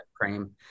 Cream